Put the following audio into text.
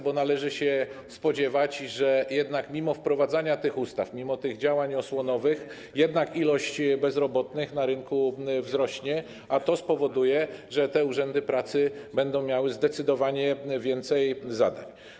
Bo należy się spodziewać, że mimo wprowadzania tych ustaw, mimo tych działań osłonowych, liczba bezrobotnych na rynku jednak wzrośnie, a to spowoduje, że te urzędy pracy będą miały zdecydowanie więcej zadań.